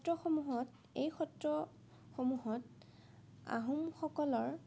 সত্ৰসমূহত এই সত্ৰসমূহত আহোমসকলৰ